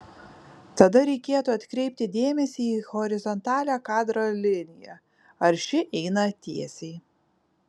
tada reikėtų atkreipti dėmesį į horizontalią kadro liniją ar ši eina tiesiai